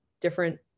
different